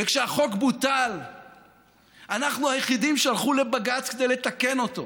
וכשהחוק בוטל אנחנו היחידים שהלכו לבג"ץ כדי לתקן אותו.